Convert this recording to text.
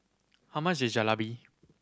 how much is Jalebi